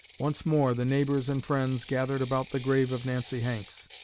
once more the neighbors and friends gathered about the grave of nancy hanks,